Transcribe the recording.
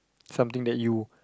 something that you